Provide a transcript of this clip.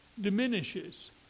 diminishes